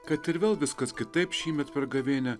kad ir vėl viskas kitaip šįmet per gavėnią